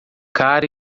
cara